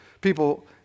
people